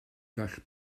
gall